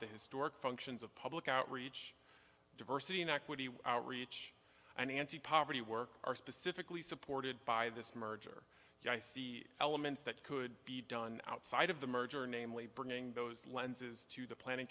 the historic functions of public outreach diversity and equity outreach and anti poverty work are specifically supported by this merger yeah i see elements that could be done outside of the merger namely bringing those lenses to the planning